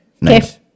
nice